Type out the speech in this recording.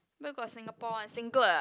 where got Singapore one singlet ah